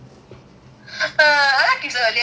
I like early movies lah